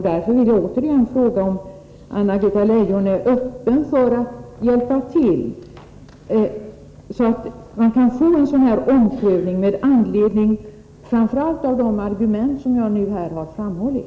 Därför vill jag än en gång fråga om Anna-Greta Leijon är öppen för att hjälpa till, så att det kan bli en omprövning med anledning av framför allt de argument som jag här anfört.